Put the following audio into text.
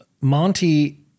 Monty